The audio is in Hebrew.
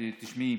תשמעי,